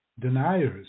deniers